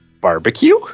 Barbecue